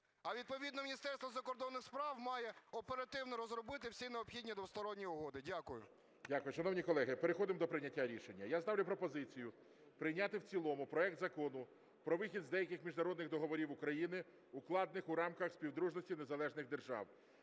А відповідно Міністерство закордонних справ має оперативно розробити всі необхідні двосторонні угоди. Дякую. ГОЛОВУЮЧИЙ. Дякую. Шановні колеги, переходимо до прийняття рішення. Я ставлю пропозицію прийняти в цілому проект Закону про вихід з деяких міжнародних договорів України, укладених у рамках Співдружності Незалежних Держав